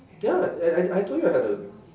ya I I I told you I had to